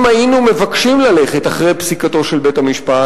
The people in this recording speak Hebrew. אם היינו מבקשים ללכת אחרי פסיקתו של בית-המשפט,